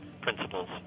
principles